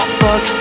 fuck